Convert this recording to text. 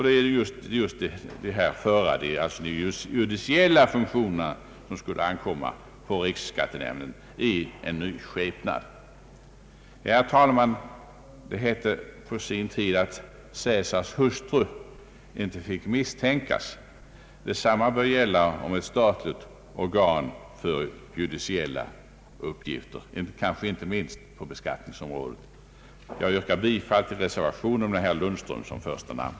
Det är just de judiciella funktionerna som skulle ankomma på riksskattenämnden i en ny skepnad. Herr talman! Det hette på sin tid att Cesars hustru inte fick misstänkas. Detsamma bör gälla om ett statligt organ för judiciella uppgifter, kanske inte minst på beskattningsområdet. Jag yrkar bifall till reservationen med herr Lundström som första namn.